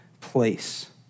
place